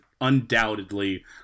undoubtedly